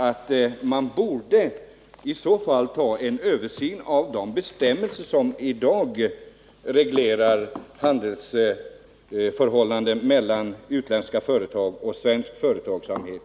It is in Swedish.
Men tycker inte statsrådet att man i så fall borde göra en översyn av de bestämmelser som i dag reglerar handelsförhållanden mellan utländska företag och svensk företagsamhet?